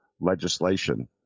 legislation